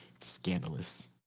scandalous